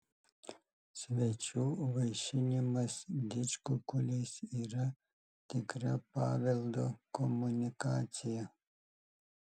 svečių vaišinimas didžkukuliais yra tikra paveldo komunikacija